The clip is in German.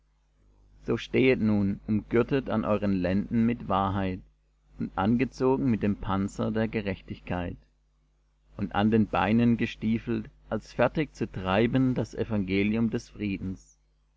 so stehet nun umgürtet an euren lenden mit wahrheit und angezogen mit dem panzer der gerechtigkeit und an den beinen gestiefelt als fertig zu treiben das evangelium des friedens